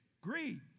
Greed